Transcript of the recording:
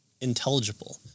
intelligible